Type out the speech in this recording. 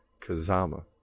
Kazama